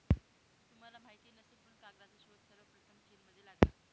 तुला माहित नसेल पण कागदाचा शोध सर्वप्रथम चीनमध्ये लागला